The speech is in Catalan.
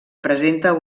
presenta